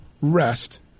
rest